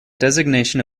designation